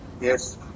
yes